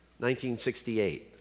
1968